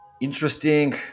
Interesting